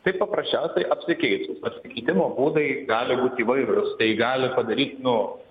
tai paprasčiausiai apsikeitus apsikeitimo būdai gali būt įvairūs tai gali padaryt nu